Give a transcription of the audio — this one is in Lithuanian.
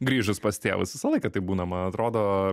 grįžus pas tėvus visą laiką taip būna man atrodo